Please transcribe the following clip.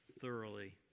thoroughly